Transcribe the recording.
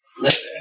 listen